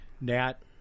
Nat